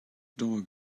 dog